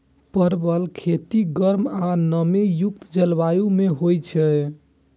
परवल के खेती गर्म आ नमी युक्त जलवायु मे होइ छै